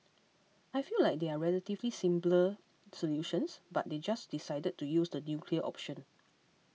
I feel like there are relatively simpler solutions but they just decided to use the nuclear option